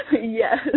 Yes